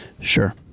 sure